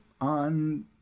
on